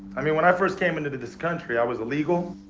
i mean when i first came into this country i was illegal,